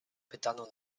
pytano